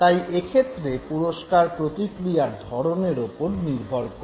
তাই এক্ষেত্রে পুরস্কার প্রতিক্রিয়ার ধরণের ওপর নির্ভর করে